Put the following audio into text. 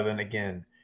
Again